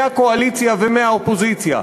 מהקואליציה ומהאופוזיציה,